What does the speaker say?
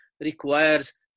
requires